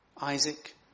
Isaac